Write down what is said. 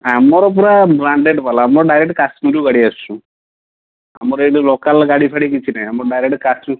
ଆମର ପୁରା ବ୍ରାଣ୍ଡେଡ଼୍ ବାଲା ଆମର ଡାଇରେକ୍ଟ କାଶ୍ମୀରରୁ ଗାଡ଼ି ଆସୁଛି ସବୁ ଆମର ଲୋକାଲ୍ ଗାଡ଼ିଫାଡ଼ି କିଛି ନାଇଁ ଆମର ଡାଇରେକ୍ଟ କାଶ୍ମୀର